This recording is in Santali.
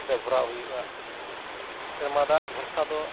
ᱨᱮ ᱵᱷᱚᱨᱟᱣ ᱦᱩᱭᱩᱜᱼᱟ ᱥᱮ ᱚᱱᱟ ᱫᱟᱜ ᱵᱷᱚᱨᱥᱟᱫᱚ